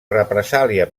represàlia